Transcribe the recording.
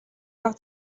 бага